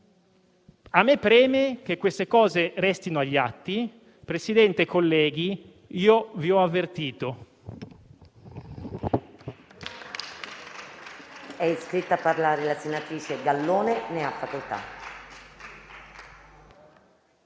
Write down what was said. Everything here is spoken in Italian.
A me preme che queste cose restino agli atti. Signor Presidente, colleghi, io vi ho avvertito.